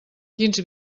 quins